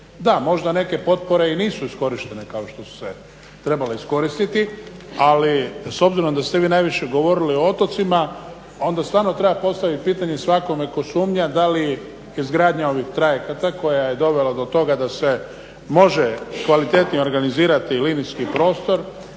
Da, možda i neke potpore nisu iskorištene kao što su se trebale iskoristiti, ali s obzirom da ste vi najviše govorili o otocima onda stvarno treba postaviti pitanje svakome tko sumnja da li izgradnja ovih trajekata koja je dovelo do toga da se može kvalitetnije organizirati linijski prostor